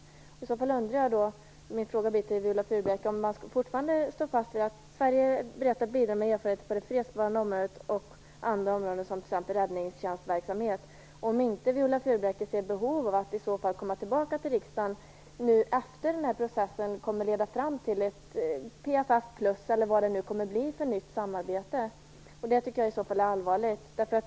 Min fråga till Viola Furubjelke blir då om man fortfarande står fast vid att Sverige är berett att bidra med erfarenheter på det fredsbevarande området och andra områden såsom räddningstjänstsverksamhet. Om inte Viola Furubjelke ser något behov av att regeringen återkommer till riksdagen efter processen, om den nu leder fram till ett plus för PFF eller vad det kommer att bli för nytt samarbete, tycker jag att det vore allvarligt.